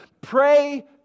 pray